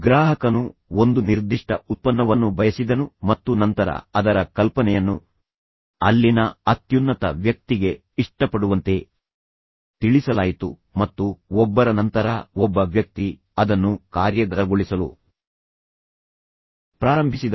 ಗ್ರಾಹಕನು ಒಂದು ನಿರ್ದಿಷ್ಟ ಉತ್ಪನ್ನವನ್ನು ಬಯಸಿದನು ಮತ್ತು ನಂತರ ಅದರ ಕಲ್ಪನೆಯನ್ನು ಅಲ್ಲಿನ ಅತ್ಯುನ್ನತ ವ್ಯಕ್ತಿಗೆ ಇಷ್ಟಪಡುವಂತೆ ತಿಳಿಸಲಾಯಿತು ಮತ್ತು ಒಬ್ಬರ ನಂತರ ಒಬ್ಬ ವ್ಯಕ್ತಿ ಅದನ್ನು ಕಾರ್ಯಗತಗೊಳಿಸಲು ಪ್ರಾರಂಭಿಸಿದರು